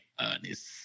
earnest